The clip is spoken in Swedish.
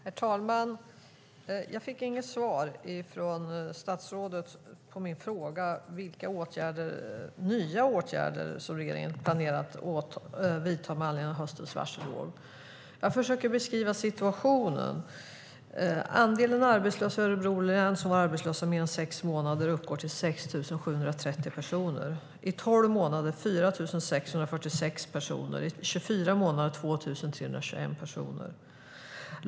Herr talman! Jag fick inget svar från statsrådet på min fråga om vilka nya åtgärder som regeringen planerar att vidta med anledning av höstens varselvåg. Jag försöker beskriva situationen. Andelen arbetslösa i Örebro län som har varit arbetslösa i mer än sex månader uppgår till 6 730 personer. Andelen arbetslösa i mer än tolv månader är 4 646 personer och i 24 månader 2 321 personer.